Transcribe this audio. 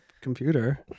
computer